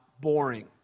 boring